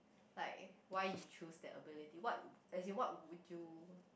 like why you choose that ability what as in what would you